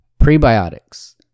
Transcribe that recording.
prebiotics